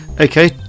Okay